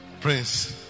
Prince